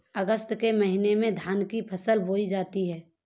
अगस्त के महीने में धान की फसल बोई जाती हैं